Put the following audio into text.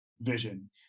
vision